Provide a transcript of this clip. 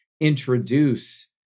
introduce